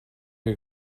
you